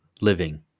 living